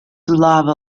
lava